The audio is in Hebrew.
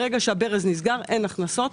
ברגע שהברז נסגר אין הכנסות.